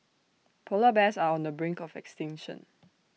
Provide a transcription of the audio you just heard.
Polar Bears are on the brink of extinction